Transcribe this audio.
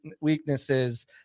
weaknesses